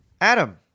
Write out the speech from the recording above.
Adam